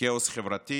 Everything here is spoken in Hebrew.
כאוס חברתי